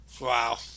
Wow